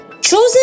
chosen